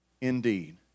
indeed